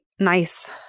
Nice